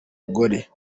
gore